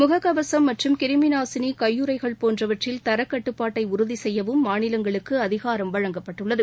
முகக்கவசம் மற்றும் கிருமிநாசினி கையுறைகள் போன்றவற்றில் தரக்கட்டுப்பாட்டை உறுதி செய்யவும் மாநிலங்களுக்கு அதிகாரம் வழங்கப்பட்டுள்ளது